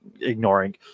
ignoring